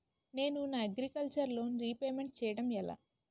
నేను నా agriculture loan repayment చేయడం ఎలా?